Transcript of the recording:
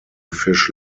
fish